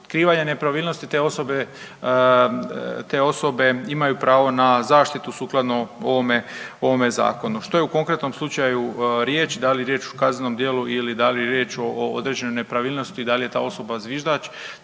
otkrivanja nepravilnosti te osobe imaju pravo na zaštitu sukladno ovome zakonu. Što je u konkretnom slučaju riječ? Da li je riječ o kaznenom djelu ili da li je riječ o određenoj nepravilnosti, da li je ta osoba zviždač